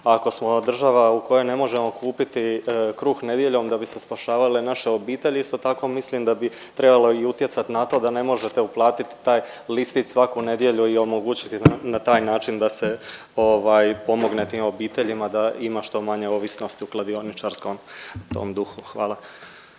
Ako smo država u kojoj ne možemo kupiti kruh nedjeljom da bi se spašavale naše obitelji, isto tako mislim da bi trebalo i utjecati na to da ne možete uplatiti taj listić svaku nedjelju i omogućiti na taj način da se pomogne tim obiteljima da ima što manje ovisnosti u kladioničarskom tom duhu. Hvala.